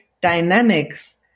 dynamics